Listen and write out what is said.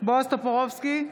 בועז טופורובסקי,